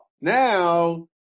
now